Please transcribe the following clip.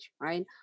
right